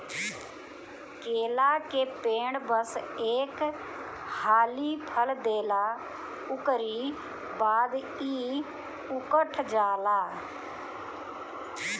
केला के पेड़ बस एक हाली फल देला उकरी बाद इ उकठ जाला